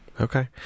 Okay